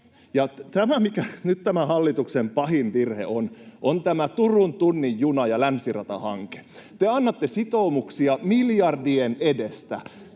Ja tämä, mikä nyt on tämän hallituksen pahin virhe, on tämä Turun tunnin juna- ja länsiratahanke. Te annatte sitoumuksia miljardien edestä.